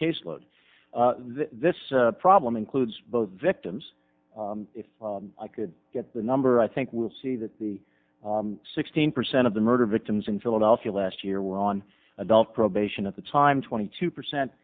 caseload this problem includes both victims if i could get the number i think we'll see that the sixteen percent of the murder victims in philadelphia last year were on adult probation at the time twenty two percent